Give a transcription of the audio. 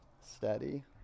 Steady